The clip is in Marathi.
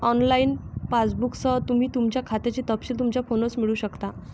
ऑनलाइन पासबुकसह, तुम्ही तुमच्या खात्याचे तपशील तुमच्या फोनवरच मिळवू शकता